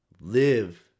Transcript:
live